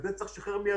את זה צריך לשחרר מידית,